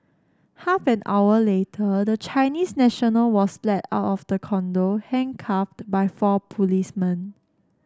half an hour later the Chinese national was led out of the condo handcuffed by four policemen